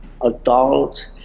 adults